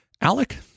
Alec